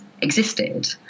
existed